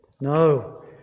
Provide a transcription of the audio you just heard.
No